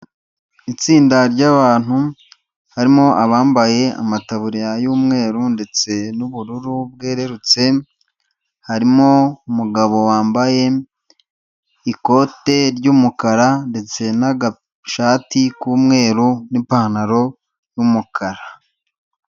Itsinda ry'abantu harimo abambaye amataburiya y'umweru ndetse n'ubururu bwererutse harimo umugabo wambaye ikote ry'umukara ndetse n'agashati k'umweru n'ipantaro y'umukara.